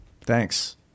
thanks